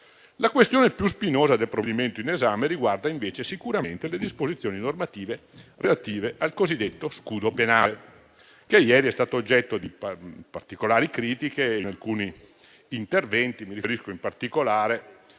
La questione più spinosa del provvedimento in esame riguarda, invece, sicuramente le disposizioni normative relative al cosiddetto scudo penale, che ieri è stato oggetto di particolari critiche in alcuni interventi - mi riferisco in particolare